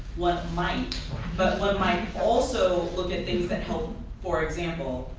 one might but one might also look at things that help, for example,